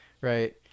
right